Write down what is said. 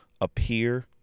appear